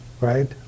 right